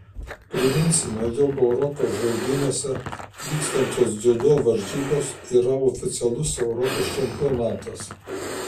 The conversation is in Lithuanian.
priminsime jog europos žaidynėse vykstančios dziudo varžybos yra oficialus europos čempionatas